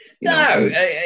No